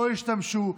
לא ישתמשו.